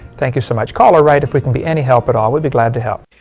thank you so much. call or write if we can be any help at all. we'd be glad to help.